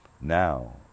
now